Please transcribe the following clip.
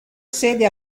sede